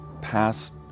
past